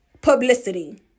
publicity